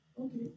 Okay